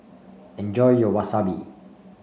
enjoy your Wasabi